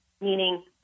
meaning